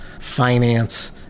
finance